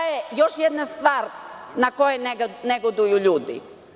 Još jedna stvar na koju negoduju ljudi.